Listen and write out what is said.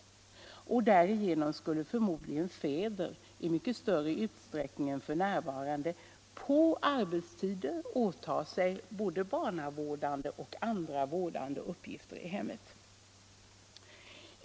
Därigenom skulle förmodligen fäder i mycket större utsträckning än f.n. på arbetstid åta sig både barnavårdande och andra vårdande uppgifter i hemmet.